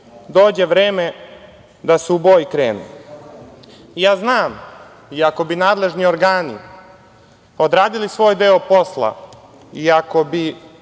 Dođe vreme da se u boj krene“.Ja znam, iako bi nadležni organi odradili svoj deo posla i ako bi